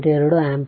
2 ampere